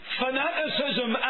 fanaticism